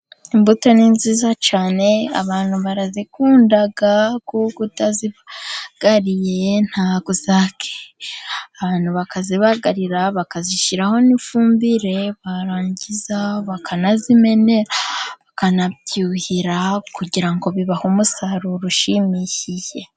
Imbuto ni nziza cyane abantu barazikunda kuko utazibagariye ntabwo zakwera barazibagarira, bakazishyiraho n' ifumbire, barangiza bakanazimenera bakanabyuhira, kugira ngo bibahe umusaruro ushimishije.